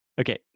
Okay